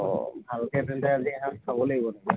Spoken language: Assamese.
অ ভালকৈ তেন্তে আজি এসাঁজ খাব লাগিব